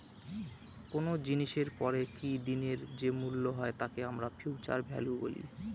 কোনো জিনিসের পরে কি দিনের যে মূল্য হয় তাকে আমরা ফিউচার ভ্যালু বলি